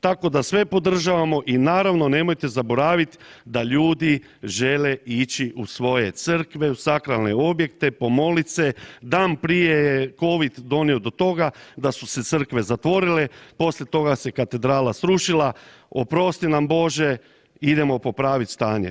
Tako da sve podržavamo i naravno, nemojte zaboraviti da ljudi žele ići u svoje crkve, u sakralne objekte, pomoliti se, dan prije je Covid donio do toga da su se crkve zatvorile, poslije toga se katedrala srušila, oprosti nam Bože, idemo popraviti stanje.